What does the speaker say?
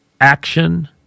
action